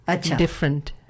different